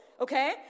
okay